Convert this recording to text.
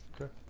Okay